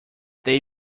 they